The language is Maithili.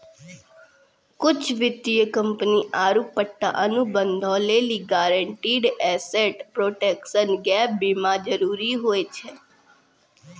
कुछु वित्तीय कंपनी आरु पट्टा अनुबंधो लेली गारंटीड एसेट प्रोटेक्शन गैप बीमा जरुरी होय छै